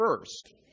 first